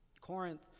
Corinth